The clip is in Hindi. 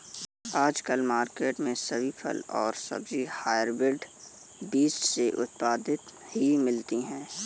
आजकल मार्केट में सभी फल और सब्जी हायब्रिड बीज से उत्पादित ही मिलती है